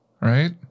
right